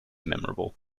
memorable